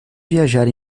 viajar